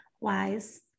wise